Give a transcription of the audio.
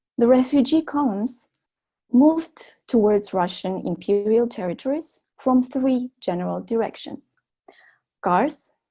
the refugee columns moved towards russian imperial territories from three general directions kars,